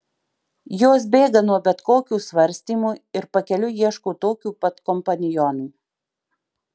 jos bėga nuo bet kokių svarstymų ir pakeliui ieško tokių pat kompanionų